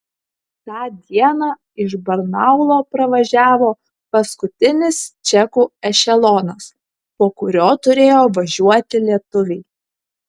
tą dieną iš barnaulo pravažiavo paskutinis čekų ešelonas po kurio turėjo važiuoti lietuviai